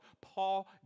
Paul